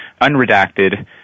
unredacted